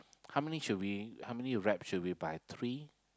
how many should we how many wrap should we buy three